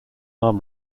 arm